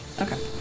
Okay